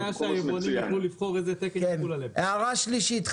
הערה שלישית.